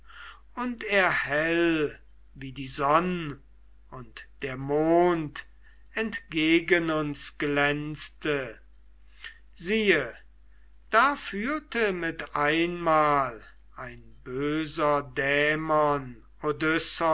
und er hell wie die sonn und der mond entgegen uns glänzte siehe da führte mit einmal ein böser dämon